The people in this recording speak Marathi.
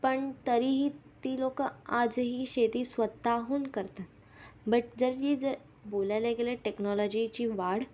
पण तरीही ती लोकं आजही शेती स्वतःहून करतात बट जर ही जर बोलायला गेलं टेक्नाॅलॉजीची वाढ